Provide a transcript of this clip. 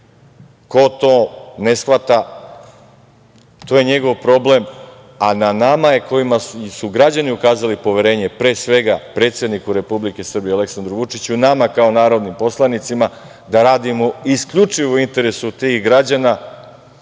Ko to ne shvata, to je njegov problem, a na nama je, kojima su građani ukazali poverenje, pre svega predsedniku republike Aleksandru Vučiću, nama kao narodnim poslanicima, da radimo isključivo u interesu tih građana,